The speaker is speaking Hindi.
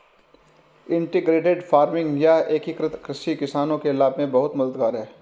इंटीग्रेटेड फार्मिंग या एकीकृत कृषि किसानों के लाभ में बहुत मददगार है